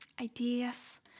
ideas